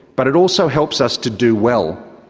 but it also helps us to do well.